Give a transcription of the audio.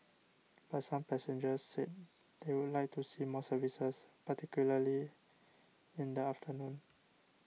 but some passengers said they would like to see more services particularly in the afternoon